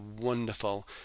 wonderful